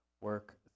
work